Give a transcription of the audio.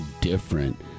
different